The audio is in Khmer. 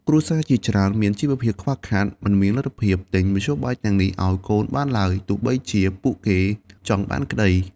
គ្រួសារជាច្រើនមានជីវភាពខ្វះខាត មិនមានលទ្ធភាពទិញមធ្យោបាយទាំងនេះឲ្យកូនបានឡើយ ទោះបីជាពួកគេចង់បានក្តី។